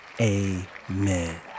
amen